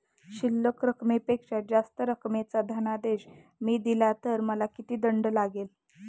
शिल्लक रकमेपेक्षा जास्त रकमेचा धनादेश मी दिला तर मला किती दंड लागेल?